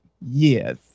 Yes